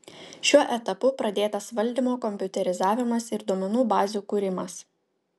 šiuo etapu pradėtas valdymo kompiuterizavimas ir duomenų bazių kūrimas